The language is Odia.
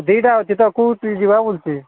ଦୁଇଟା ଅଛି ତ କୋଉଥିରେ ଯିବା ବୋଲୁଛି